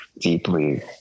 deeply